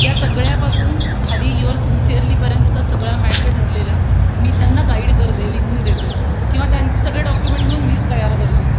या सगळ्यापासून खाली युअर सिन्सिअरलीपर्यंतचा सगळा मॅटर ठरलेला मी त्यांना गाईड करते लिहून देते किंवा त्यांचे सगळे डॉक्युमेंट घेऊन मीच तयार करते